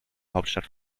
hauptstadt